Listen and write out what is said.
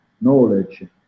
knowledge